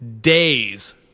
days